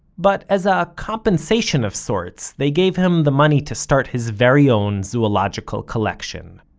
but, as a compensation of sorts, they gave him the money to start his very own zoological collection